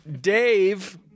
Dave